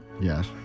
Yes